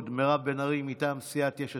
ולמירב בן ארי מטעם סיעת יש עתיד.